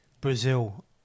Brazil